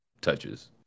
touches